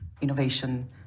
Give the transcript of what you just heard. innovation